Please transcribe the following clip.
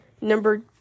Number